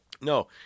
no